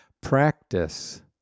Practice